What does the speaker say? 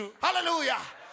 Hallelujah